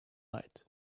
light